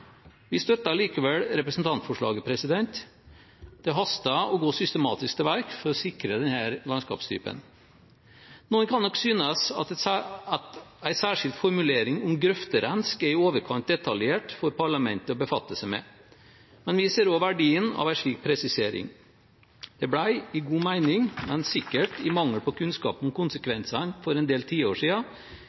Vi støtter likevel representantforslaget. Det haster med å gå systematisk til verks for å sikre denne landskapstypen. Noen kan nok synes at en særskilt formulering om «grøfterensk» er i overkant detaljert for parlamentet å befatte seg med, men vi ser også verdien av en slik presisering. Det ble for en del tiår siden – i god mening, men sikkert i mangel på kunnskap om konsekvensene – iverksatt en del